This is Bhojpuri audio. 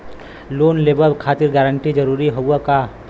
लोन लेवब खातिर गारंटर जरूरी हाउ का?